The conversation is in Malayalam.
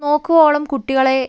നോക്കുവോളം കുട്ടികളെ